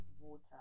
water